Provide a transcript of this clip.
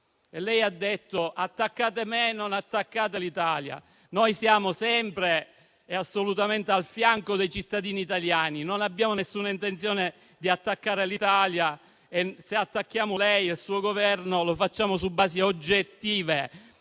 Lei ha detto: «Attaccate me, non attaccate l'Italia». Noi siamo sempre e assolutamente al fianco dei cittadini italiani, non abbiamo nessuna intenzione di attaccare l'Italia e, se attacchiamo lei e il suo Governo, lo facciamo su basi oggettive.